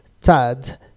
Tad